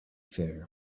fair